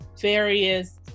various